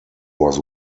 was